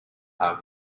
are